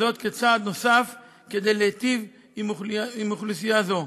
זאת, כצעד נוסף כדי להיטיב עם אוכלוסייה זו.